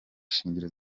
shingiro